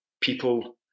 people